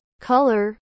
color